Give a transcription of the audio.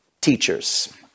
Teachers